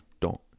dot